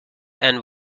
and